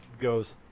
goes